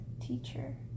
teacher